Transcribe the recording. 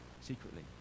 secretly